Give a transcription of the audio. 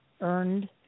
earned